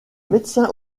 médecin